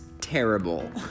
terrible